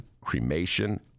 cremation